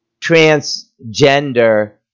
transgender